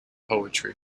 poetry